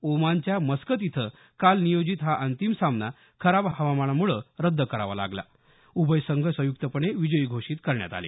ओमानच्या मस्कत इथं काल नियोजित हा अंतिम सामना खराब हवामानामुळे रद्द करावा लागल्यानं उभय संघ संयुक्तपणे विजयी घोषीत करण्यात आले